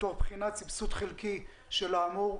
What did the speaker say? תוך בחינת סבסוד חלקי של האמור.